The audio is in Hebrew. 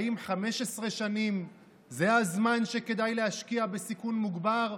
האם 15 שנים זה הזמן שכדאי להשקיע בסיכון מוגבר?